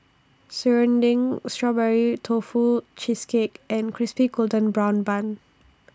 Serunding Strawberry Tofu Cheesecake and Crispy Golden Brown Bun